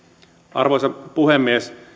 arvoisa puhemies